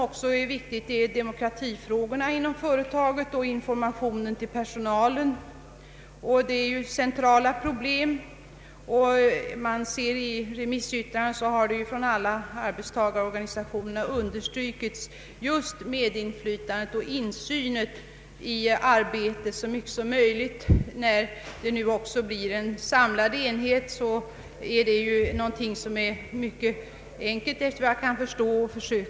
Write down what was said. Frågorna om demokrati inom företaget och information till personalen är också viktiga områden och utgör centrala problem. I remissyttrandena från alla arbetstagarorganisationer har just inflytandet och insynen i arbetet tagits upp. När det nu också blir en samlad enhet så är det vad jag kan förstå någonting som det är mycket enkelt att föra ut.